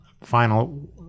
final